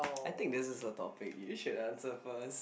I think this is a topic you should answer first